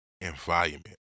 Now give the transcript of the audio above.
environment